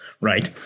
right